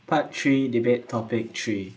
part three debate topic three